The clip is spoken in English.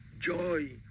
joy